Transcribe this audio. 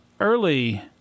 early